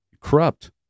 corrupt